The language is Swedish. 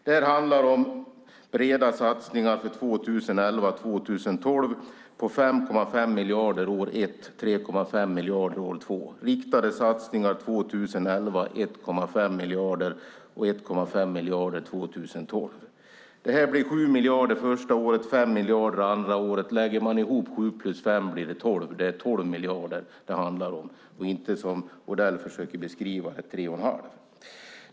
Det handlar om breda satsningar för 2011 och 2012 på 5,5 miljarder år ett och 3,5 miljarder år två, riktade satsningar på 1,5 miljarder 2011 och 1,5 miljarder 2012. Det blir 7 miljarder första året och 5 miljarder andra året. Lägger man ihop 7 och 5 blir det 12. Det är 12 miljarder det handlar om och inte 3,5, som Odell försöker beskriva det.